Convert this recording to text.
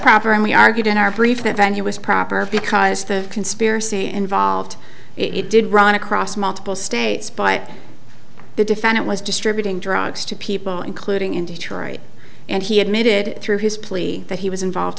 proper and we argued in our brief that venue was proper because the conspiracy involved it did run across multiple states by the defendant was distributing drugs to people including in detroit and he admitted through his plea that he was involved